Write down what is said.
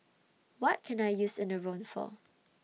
What Can I use Enervon For